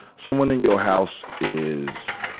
someone in your house is,